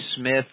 Smith